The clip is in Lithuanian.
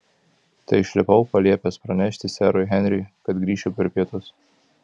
tai išlipau paliepęs pranešti serui henriui kad grįšiu per pietus